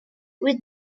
with